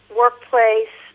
workplace